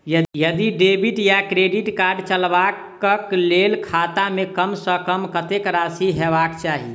यदि डेबिट वा credit card चलबाक कऽ लेल खाता मे कम सऽ कम कत्तेक राशि हेबाक चाहि?